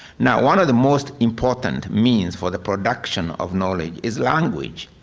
now, one of the most important means for the production of knowledge is language.